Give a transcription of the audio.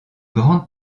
grande